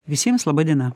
visiems laba diena